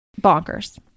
bonkers